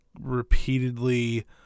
repeatedly